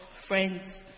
friends